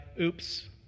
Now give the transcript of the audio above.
oops